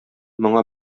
моңа